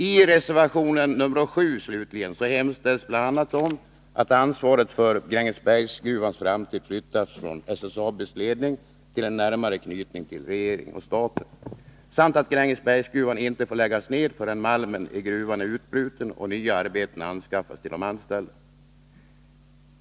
I reservation 7 hemställs bl.a. att ansvaret för Grängesbergsgruvan flyttas från SSAB:s ledning till en närmare anknytning till regeringen och staten samt att Grängesbergsgruvan inte får läggas ned förrän malmen i gruvan är utbruten och nya arbeten anskaffats till de anställda.